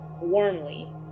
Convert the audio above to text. warmly